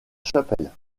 chapelle